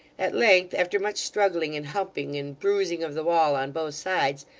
at length after much struggling and humping, and bruising of the wall on both sides,